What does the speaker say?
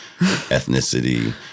ethnicity